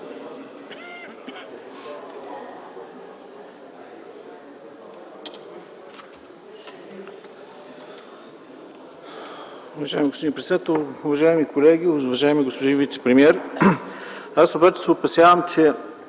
Уважаема госпожо председател, уважаеми колеги, уважаеми господин вицепремиер! Аз обаче се опасявам, че